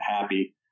happy